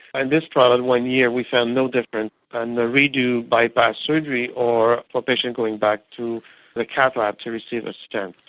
and this trial in one year we found no difference in and the re-do bypass surgery or a patient going back to the cath lab to receive a stent.